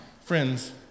Friends